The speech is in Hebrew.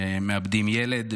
שמאבדים ילד,